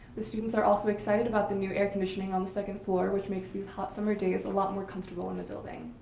the students are also excited about the new air conditioning on the second floor, which makes these hot summer days a lot more comfortable in the building.